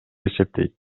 эсептейт